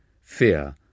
Fear